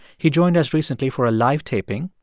he joined us recently for a live taping.